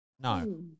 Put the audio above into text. no